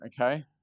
okay